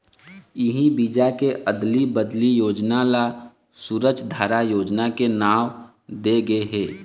इही बीजा के अदली बदली योजना ल सूरजधारा योजना के नांव दे गे हे